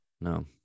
no